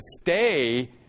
stay